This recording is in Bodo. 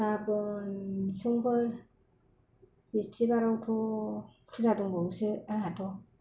गाबोन समफोर बिस्तिबारावथ' फुजा दंबावोसो आंहाथ'